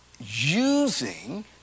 Using